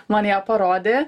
man ją parodė